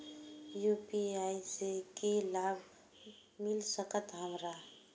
UPI से की लाभ मिल सकत हमरा?